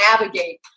navigate